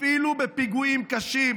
אפילו בפיגועים קשים,